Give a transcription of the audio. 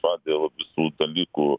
fifą dėl visų dalykų